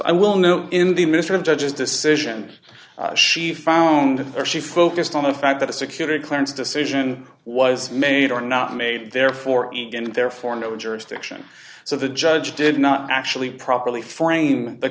i will know in the midst of judge's decision she found or she focused on the fact that a security clearance decision was made or not made therefore and therefore no jurisdiction so the judge did not actually properly frame the